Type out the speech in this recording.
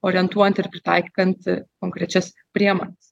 orientuojant ir pritaikant konkrečias priemones